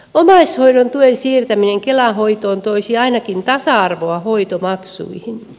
omaishoidon tuen siirtäminen kelan hoitoon toisi ainakin tasa arvoa hoitomaksuihin